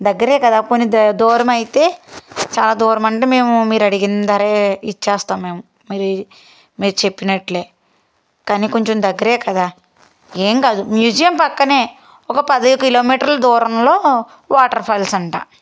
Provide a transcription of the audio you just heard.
దగ్గర కదా పోని దూరమైతే చాలా దూరం అంటే మేము మీరు అడిగిన ధర ఇస్తాం మేము మీరు చెప్పినట్టు కానీ కొంచెం దగ్గర కదా ఏంకాదు మ్యూజియం పక్కనే ఒకపది కిలోమీటర్లు దూరంలో వాటర్ ఫాల్స్ అంట